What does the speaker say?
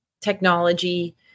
technology